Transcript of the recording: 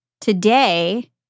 Today